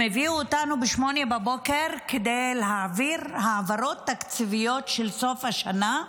הם הביאו אותנו ב-08:00 בבוקר כדי להעביר העברות תקציביות של סוף השנה,